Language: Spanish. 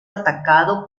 atacado